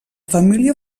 família